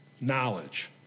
knowledge